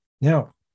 Now